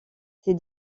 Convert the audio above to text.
ces